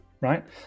right